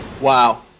Wow